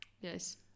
yes